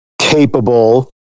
capable